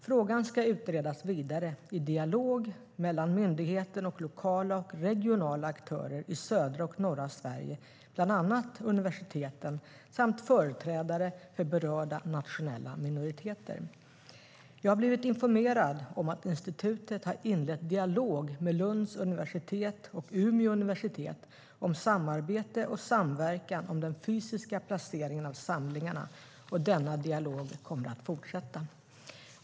Frågan ska utredas vidare i dialog mellan myndigheten och lokala och regionala aktörer i södra och norra Sverige, bland annat universiteten samt företrädare för berörda nationella minoriteter. Jag har blivit informerad om att institutet har inlett dialog med Lunds universitet och Umeå universitet om samarbete och samverkan om den fysiska placeringen av samlingarna. Denna dialog kommer att fortsätta.